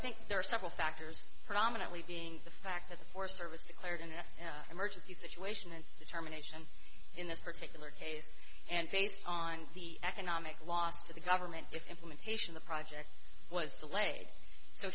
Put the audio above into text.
think there are several factors predominantly being the fact that the forest service declared in the emergency situation and determination in this particular case and based on the economic loss to the government if implementation the project was delayed so